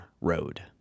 road